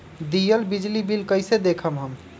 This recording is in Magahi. दियल बिजली बिल कइसे देखम हम?